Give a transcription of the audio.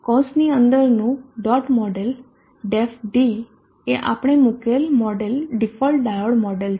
કૌંસની અંદરનું dot model Def D એ આપણે મૂકેલ મોડેલ ડિફોલ્ટ ડાયોડ મોડેલ છે